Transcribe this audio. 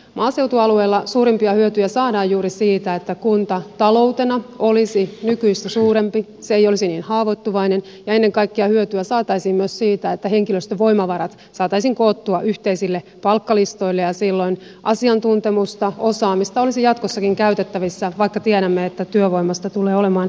maaseutualueilla suurimpia hyötyjä saadaan juuri siitä että kunta taloutena olisi nykyistä suurempi se ei olisi niin haavoittuvainen ja ennen kaikkea hyötyä saataisiin myös siitä että henkilöstövoimavarat saataisiin koottua yhteisille palkkalistoille ja silloin asiantuntemusta osaamista olisi jatkossakin käytettävissä vaikka tiedämme että työvoimasta tulee olemaan niukkuutta